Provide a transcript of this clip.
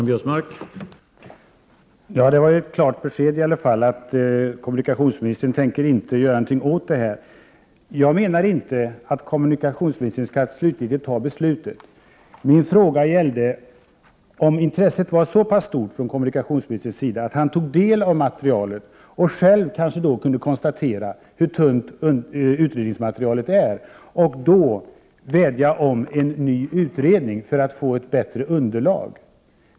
Herr talman! Det var i alla fall ett klart besked, att kommunikationsministern inte tänker göra någonting åt frågan. Jag menar inte att kommunikationsministern skall fatta det slutgiltiga beslutet. Min fråga gällde om intresset från kommunikationsministerns sida var så pass stort att han tog del av materialet och själv kanske kunde konstatera hur tunt utredningsmaterialet är, och då vädjade om en ny utredning för att få bättre underlag.